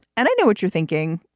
and i know what you're thinking,